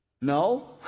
No